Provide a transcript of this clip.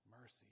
mercy